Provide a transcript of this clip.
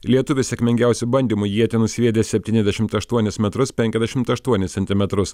lietuvis sėkmingiausiu bandymu ietį nusviedė septyniasdešimt aštuonis metrus penkiasdešimt aštuonis centimetrus